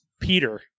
Peter